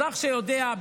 אזרח שיודע,